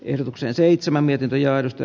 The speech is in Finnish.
ehdotuksen seitsemän metriäääristä